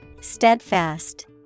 Steadfast